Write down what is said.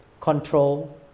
control